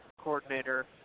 coordinator